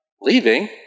leaving